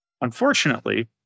Unfortunately